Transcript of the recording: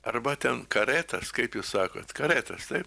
arba ten karetas kaip jūs sakot karetas taip